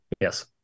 Yes